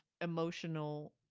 emotional